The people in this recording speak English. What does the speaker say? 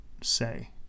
say